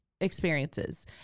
experiences